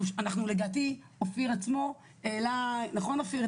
אנחנו לדעתי אופיר עצמו העלה נכון אופיר?